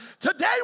Today